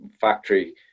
factory